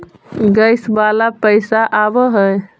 Gas वाला पैसा आव है?